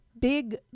big